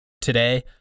today